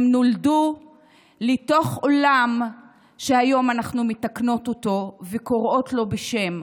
הם נולדו לתוך עולם שהיום אנחנו מתקנות אותו וקוראות לו בשם: